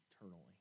eternally